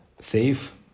safe